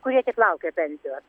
kurie tik laukia pensijos